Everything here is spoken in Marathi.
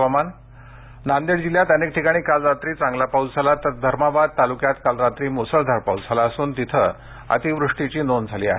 हवामान नांदेड जिल्ह्यात अनेक ठिकाणी काल रात्री चांगला पाऊस झाला तर धर्माबाद तालुक्यात काल रात्री मुसळधार पाऊस झाला असून तिथ अतिवृष्टीची नोंद झाली आहे